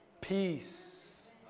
peace